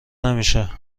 نمیشه